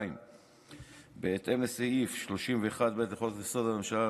2. בהתאם לסעיף 31(ב) לחוק-יסוד: הממשלה,